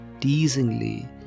teasingly